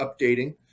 updating